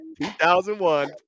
2001